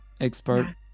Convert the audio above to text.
expert